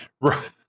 right